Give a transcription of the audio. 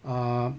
um